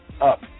up